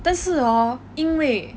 但是 hor 因为